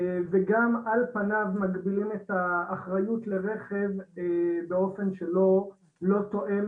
וגם על פניו מגבילים את האחריות לרכב באופן שלא תואם